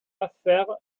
affaires